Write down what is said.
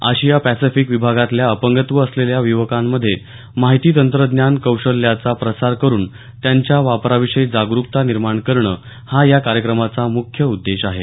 आशिया Pacific विभागातल्या अपंगत्व असलेल्या युवांमध्ये माहिती तंत्रज्ञान कौशल्याचा प्रसार करून त्यांच्या वापरा विषयी जागरुकता निर्माण करणे हा या कार्यक्रमाचा मुख्य उद्देश आहे